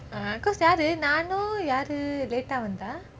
because யாரு நானும் யாரு:yaaru naanum yaaru late ah வந்தா:vantha